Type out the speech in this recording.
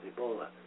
Ebola